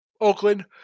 Oakland